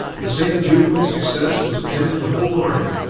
the same jubilant success was attending the whole army,